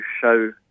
show